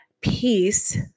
Peace